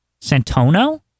Santono